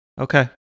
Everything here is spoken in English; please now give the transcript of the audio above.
Okay